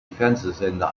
fernsehsender